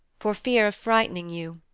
for fear of frightening you.